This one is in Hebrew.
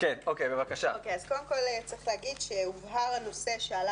אז קודם כל צריך להגיד שהובהר הנושא שעלה